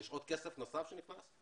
יש עוד כסף נוסף שנכנס?